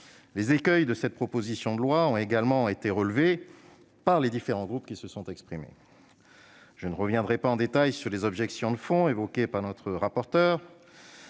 les écueils de cette proposition de loi ont été également été relevés par les différents groupes qui se sont exprimés. Je ne reviendrai pas en détail sur les objections de fond évoquées par M. le rapporteur.